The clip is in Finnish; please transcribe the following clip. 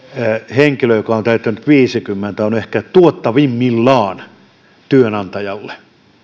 henkilö joka on täyttänyt viisikymmentä on ehkä tuottavimmillaan työnantajalle